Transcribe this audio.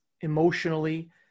emotionally